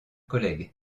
collègues